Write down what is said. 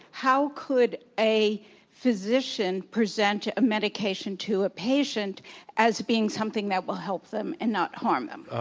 how could a physician present a medication to a patient as being something that will help them and not harm them?